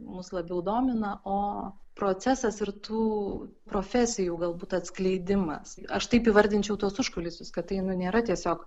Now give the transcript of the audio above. mus labiau domina o procesas ir tų profesijų galbūt atskleidimas aš taip įvardinčiau tuos užkulisius kad tai nu nėra tiesiog